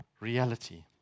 reality